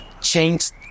changed